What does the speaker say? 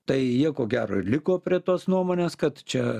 tai jie ko gero ir liko prie tos nuomonės kad čia